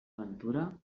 ventura